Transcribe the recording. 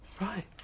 Right